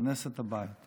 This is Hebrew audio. ולפרנס את הבית.